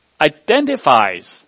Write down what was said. identifies